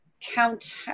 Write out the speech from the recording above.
Count